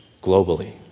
globally